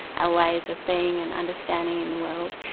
our ways of being and understanding in the world,